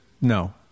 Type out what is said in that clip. No